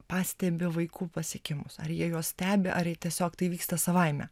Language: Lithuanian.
pastebi vaikų pasiekimus ar jie juos stebi ar tiesiog tai vyksta savaime